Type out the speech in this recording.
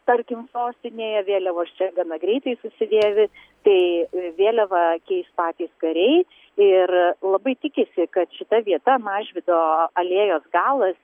tarkim sostinėje vėliavos čia gana greitai susidėvi tai vėliavą keis patys kariai ir labai tikisi kad šita vieta mažvydo alėjos galas